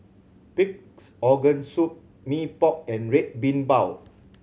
Pig's Organ Soup Mee Pok and Red Bean Bao